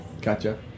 Gotcha